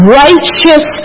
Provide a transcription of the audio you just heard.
righteous